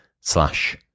slash